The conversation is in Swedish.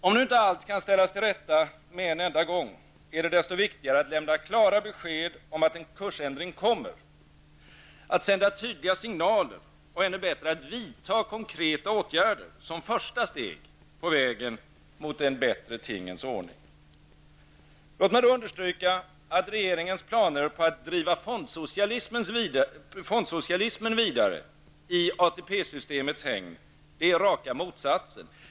Om nu inte allt kan ställas till rätta med en gång är det desto viktigare att lämna klara besked om att en kursändring kommer, att sända tydliga signaler och -- vilket är ännu bättre -- att vidta konkreta åtgärder som ett första steg på vägen mot en bättre tingens ordning. Låt mig då understryka att regeringens planer på att driva fondsocialismen vidare i ATP-systemets hägn är raka motsatsen.